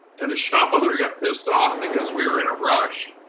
and the shop um owner got pissed off because we were in a rush,